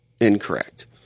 incorrect